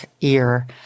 ear